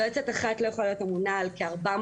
יועצת אחת לא יכולה להיות אמונה על כ-400